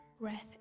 breath